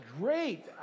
great